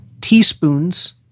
teaspoons